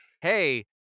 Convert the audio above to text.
hey-